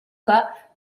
pas